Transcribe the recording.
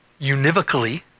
univocally